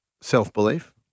self-belief